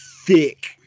thick